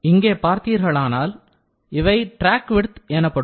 இங்கே பார்த்தீர்களானால் இவை டிராக் விட்த் எனப்படும்